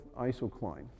isocline